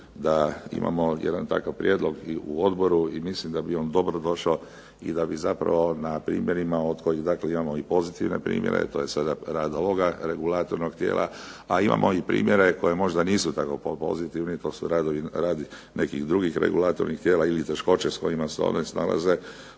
da imamo jedan prijedlog i u odboru i mislim da bi on dobro došao i da bi zapravo na primjerima od kojih imamo i pozitivne primjere to je sada ... regulatornog tijela, a imamo i primjere koji možda nisu tako pozitivni. To su radovi nekih drugih regulatornih tijela ili teškoće s kojima se one snalaze.